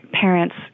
parents